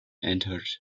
entered